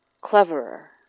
cleverer